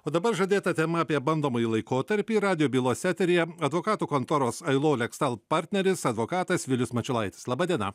o dabar žadėta tema apie bandomąjį laikotarpį radijo bylos eteryje advokatų kontoros ailolekstal partneris advokatas vilius mačiulaitis laba diena